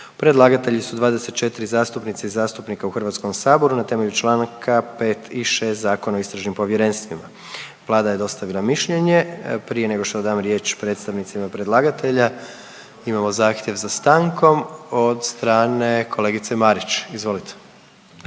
Predlagatelji su 24 zastupnice i zastupnika u Hrvatskom saboru na temelju članaka 5 i 6 Zakona o istražnim povjerenstvima. Vlada je dostavila mišljenje. Prije nego što dam riječ predstavnicima predlagatelja, imamo zahtjev za stankom od strane kolegice Marić. Izvolite.